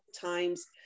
times